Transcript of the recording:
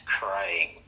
crying